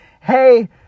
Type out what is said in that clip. hey